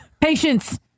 Patience